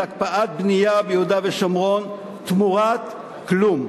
הקפאת בנייה ביהודה ושומרון תמורת כלום.